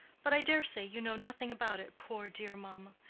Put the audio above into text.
but i daresay you know nothing about it, poor, dear mamma.